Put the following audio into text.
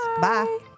bye